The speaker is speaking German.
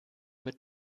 mit